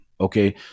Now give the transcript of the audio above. Okay